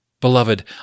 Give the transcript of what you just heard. Beloved